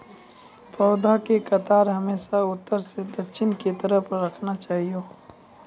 पौधा के कतार हमेशा उत्तर सं दक्षिण के तरफ राखना चाहियो